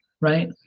right